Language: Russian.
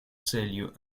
целью